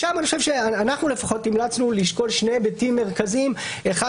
שם אנחנו המלצנו לשקול שני היבטים מרכזיים: אחד,